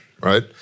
right